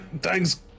thanks